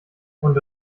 und